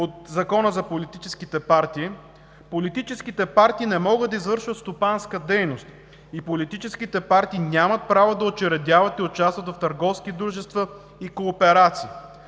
от Закона за политическите партии, политическите партии не могат да извършват стопанска дейност и нямат право да учредяват и участват в търговски дружества и кооперации,